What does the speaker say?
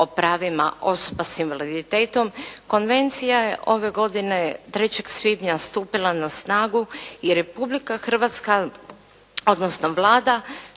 o pravima osoba sa invaliditetom. Konvencija je ove godine 3. svibnja stupila na snagu i Republika Hrvatska odnosno Vlada